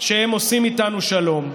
שהם עושים איתנו שלום.